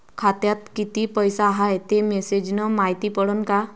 खात्यात किती पैसा हाय ते मेसेज न मायती पडन का?